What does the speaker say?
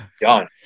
done